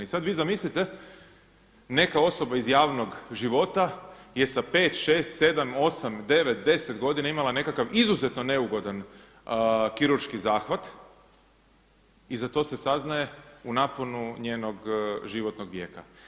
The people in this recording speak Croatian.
I sada vi zamislite neka osoba iz javnog života je sa 5, 6, 7, 8, 9, 10 godina imala nekakav izuzetno neugodan kirurški zahvat i za to se saznaje u naponu njenog životnog vijeka.